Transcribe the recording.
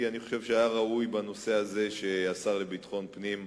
כי אני חושב שהיה ראוי שבנושא הזה השר לביטחון פנים ישיב,